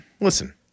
listen